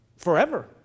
Forever